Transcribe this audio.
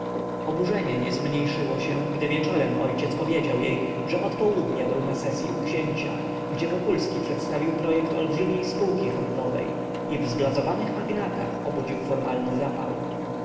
oburzenie nie zmniejszyło się gdy wieczorem ojciec powiedział jej że od południa był na sesyi u księcia gdzie wokulski przedstawił projekt olbrzymiej spółki handlowej i w zblazowanych magnatach obudził formalny zapał